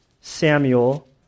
Samuel